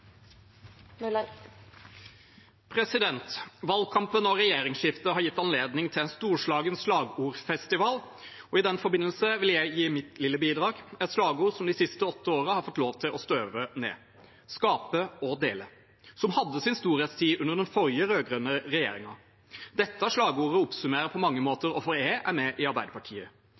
Valgkampen og regjeringsskiftet har gitt anledning til en storslagen slagordfestival, og i den forbindelse vil jeg gi mitt lille bidrag, et slagord som de siste åtte årene har fått lov til å støve ned: skape og dele. Det hadde sin storhetstid under den forrige rød-grønne regjeringen. Dette slagordet oppsummerer på mange måter hvorfor jeg er med i Arbeiderpartiet.